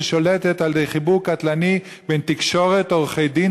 ששולטת על-ידי חיבור קטלני בין תקשורת ועורכי-דין